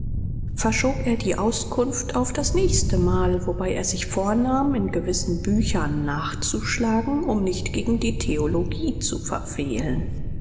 verschob er die auskunft auf das nächste mal wobei er sich vornahm in gewissen büchern nachzuschlagen um nicht gegen die theologie zu verfehlen